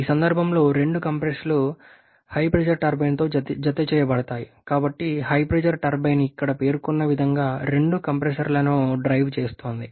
ఈ సందర్భంలో రెండు కంప్రెస్లు HP టర్బైన్తో జతచేయబడతాయి కాబట్టి HP టర్బైన్ ఇక్కడ పేర్కొన్న విధంగా రెండు కంప్రెసర్లను డ్రైవ్ చేస్తుంది